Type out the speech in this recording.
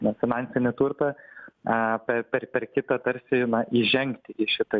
nefinansinį turtą per per kitą tarsi ima įžengti į šitą